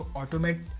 automate